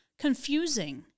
confusing